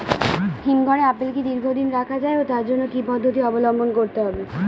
হিমঘরে আপেল কি দীর্ঘদিন রাখা যায় ও তার জন্য কি কি পদ্ধতি অবলম্বন করতে হবে?